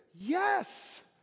Yes